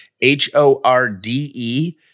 H-O-R-D-E